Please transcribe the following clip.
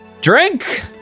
Drink